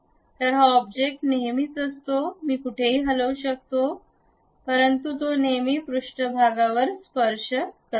तर हा ऑब्जेक्ट नेहमीच असतो मी कुठेही हलवू शकतो परंतु तो नेहमी त्या पृष्ठभागावर स्पर्श असतो